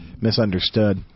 misunderstood